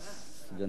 סגנית.